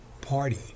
party